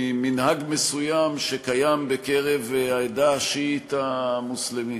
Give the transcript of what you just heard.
ממנהג מסוים שקיים בקרב העדה השיעית המוסלמית.